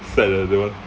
sad ah that one